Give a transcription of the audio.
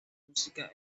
música